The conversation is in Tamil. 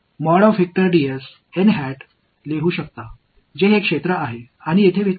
எனவே இங்கே நான் எழுதியுள்ள இந்த நீங்கள் என்று எழுதலாம் இது இங்கே பகுதி மற்றும் வெக்டர்